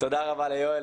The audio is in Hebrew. תודה רבה ליואל.